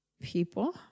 people